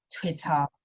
twitter